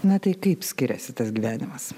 na tai kaip skiriasi tas gyvenimas